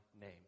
name